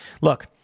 Look